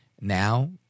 now